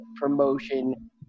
promotion